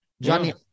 Johnny